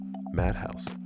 madhouse